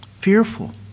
Fearful